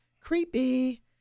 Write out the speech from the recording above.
creepy